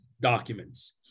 documents